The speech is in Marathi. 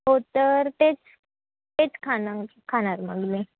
हो तर तेच तेच खाणार खाणार मग मी